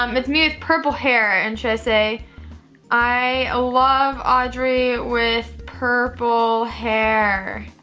um it's me with purple hair and should say i ah love audrey with purple hair?